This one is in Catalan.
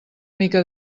mica